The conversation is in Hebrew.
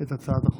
את הצעת החוק.